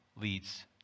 leads